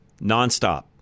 Nonstop